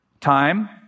Time